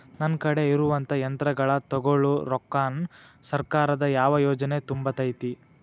ನನ್ ಕಡೆ ಇರುವಂಥಾ ಯಂತ್ರಗಳ ತೊಗೊಳು ರೊಕ್ಕಾನ್ ಸರ್ಕಾರದ ಯಾವ ಯೋಜನೆ ತುಂಬತೈತಿ?